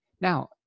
Now